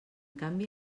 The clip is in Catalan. canvi